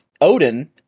Odin